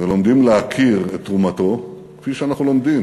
ולומדים להכיר את תרומתו, כפי שאנחנו לומדים